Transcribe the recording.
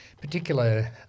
particular